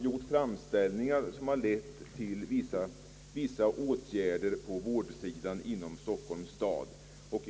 gjort framställningar som lett till vissa åtgärder på vårdsidan inom Stockholms stad.